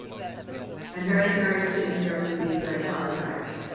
i'm very sorry to interrupt you, lisa. i apologize.